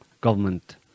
government